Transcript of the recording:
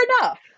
enough